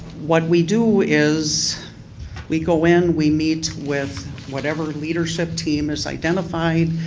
what we do is we go in, we meet with whatever leadership team is identified,